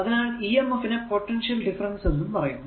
അതിനാൽ emf നെ potential difference എന്നും പറയുന്നു